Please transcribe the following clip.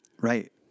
right